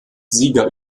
sieger